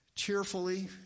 cheerfully